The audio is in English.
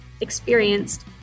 experienced